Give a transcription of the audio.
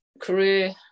career